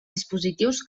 dispositius